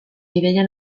ideia